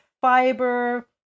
fiber